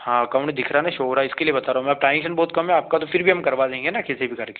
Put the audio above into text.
हाँ अकाउन्ट दिख रहा है ना शो हो रहा है इसके लिए बता रहा हूँ मैं ट्रांजेक्शन बहुत कम है आपका तो फिर भी हम करवा देंगे ना कैसे भी करके